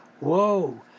whoa